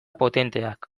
potenteak